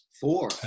Four